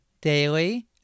Daily